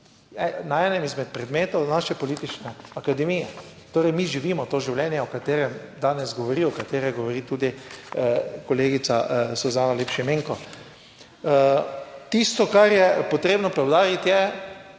na enem izmed predmetov naše politične akademije. Torej, mi živimo to življenje, o katerem danes govori, o katerem govori tudi kolegica Suzana Lep Šimenko. Tisto, kar je potrebno poudariti je,